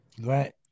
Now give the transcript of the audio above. Right